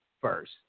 first